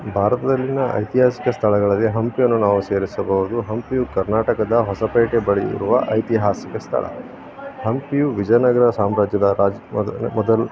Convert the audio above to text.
ಭಾರತದಲ್ಲಿನ ಐತಿಹಾಸಿಕ ಸ್ಥಳಗಳಲ್ಲಿ ಹಂಪಿಯನ್ನು ನಾವು ಸೇರಿಸಬಹುದು ಹಂಪಿಯು ಕರ್ನಾಟಕದ ಹೊಸಪೇಟೆ ಬಳಿ ಇರುವ ಐತಿಹಾಸಿಕ ಸ್ಥಳ ಹಂಪಿಯು ವಿಜಯನಗರ ಸಾಮ್ರಾಜ್ಯದ ರಾಜ ಮೊದಲ ಮೊದಲ